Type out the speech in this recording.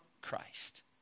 Christ